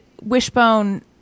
Wishbone